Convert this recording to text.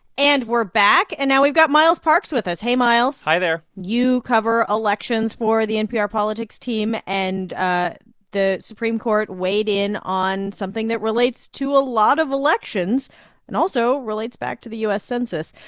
and we're back. and now we've got miles parks with us. hey, miles hi there you cover elections for the npr politics team. and ah the supreme court weighed in on something that relates to a lot of elections and also relates back to the u s. census.